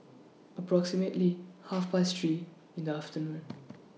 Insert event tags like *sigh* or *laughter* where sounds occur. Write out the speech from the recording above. approximately Half *noise* Past three in afternoon